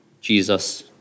Jesus